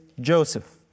Joseph